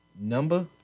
number